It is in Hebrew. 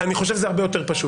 אני חושב שזה הרבה יותר פשוט.